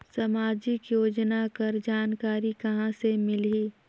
समाजिक योजना कर जानकारी कहाँ से मिलही?